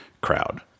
crowd